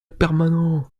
permanent